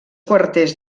quarters